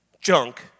junk